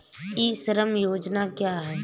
ई श्रम योजना क्या है?